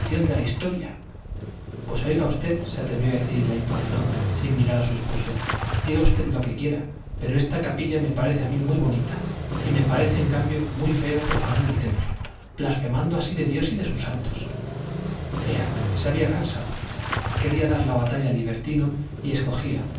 de la historia pues oiga usted se atrevió a decir la infanzón sin mirar a su esposo diga usted lo que quiera esta capilla me parece a mí muy bonita y me parece en cambio muy feo profanar el templo blasfemando así de dios y sus santos ea se había cansado quería dar la batalla al libertino y escogía